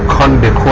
hundred